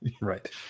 Right